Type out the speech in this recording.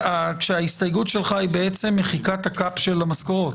ההסתייגות שלך היא בעצם מחיקת ה-Cap של המשכורות?